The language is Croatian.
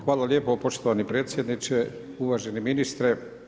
Hvala lijepo poštovani predsjedniče, uvaženi ministre.